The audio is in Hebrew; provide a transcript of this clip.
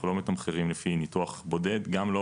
אנחנו לא מתמחרים לפי ניתוח בודד, גם לא